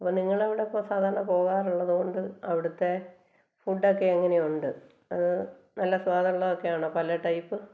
ഇപ്പോൾ നിങ്ങളുടെ അവിടെ ഇപ്പോൾ സാധാരണ പോകാറുള്ളത് കൊണ്ട് അവിടുത്തെ ഫുഡ്ഡൊക്കെ എങ്ങനെ ഉണ്ട് അത് നല്ല സ്വാദുള്ളതൊക്കെ ആണോ പല ടൈപ്